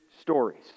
stories